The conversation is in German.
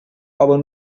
aber